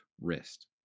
wrist